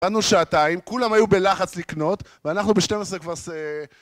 עבדנו שעתיים, כולם היו בלחץ לקנות, ואנחנו בשתיים עשרה כבר...